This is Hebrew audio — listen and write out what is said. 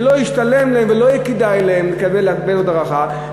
שלא ישתלם להם ולא יהיה כדאי להם לקבל עוד הארכה,